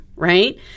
right